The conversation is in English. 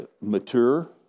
mature